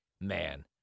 Man